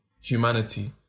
humanity